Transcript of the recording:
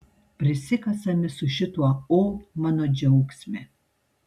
prisikasame su šituo o mano džiaugsme